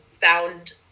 found